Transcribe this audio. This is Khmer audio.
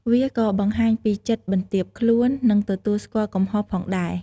វាក៏បង្ហាញពីចិត្តបន្ទាបខ្លួន និងទទួលស្គាល់កំហុសផងដែរ។